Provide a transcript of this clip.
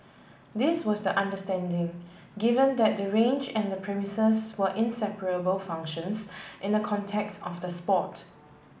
this was the understanding given that the range and the premises were inseparable functions in the context of the sport